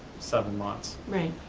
seven months. right.